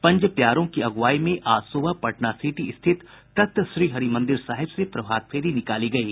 पंज प्यारों की अगुवाई में आज सुबह पटना सिटी स्थित तख्त श्री हरि मंदिर साहिब से प्रभातफेरी निकाली गयी